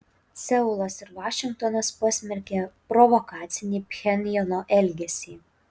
seulas ir vašingtonas pasmerkė provokacinį pchenjano elgesį